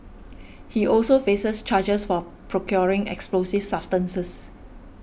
he also faces charges for procuring explosive substances